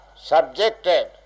subjected